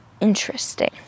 interesting